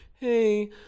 Hey